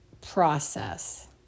process